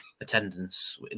attendance